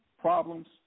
problems